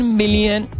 million